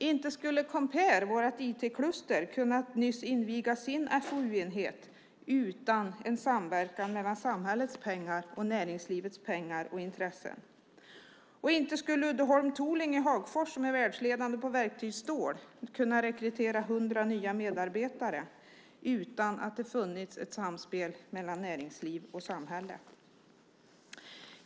Inte skulle Compare, vårt IT-kluster, nyss ha kunnat inviga sin FoU-enhet utan en samverkan mellan samhällets pengar och näringslivets pengar och intresse. Inte skulle Uddeholm Tooling i Hagfors som är världsledande på verktygsstål kunna rekrytera hundra nya medarbetare utan att det funnits ett samspel mellan näringsliv och samhälle.